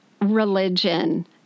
religion